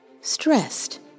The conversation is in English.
stressed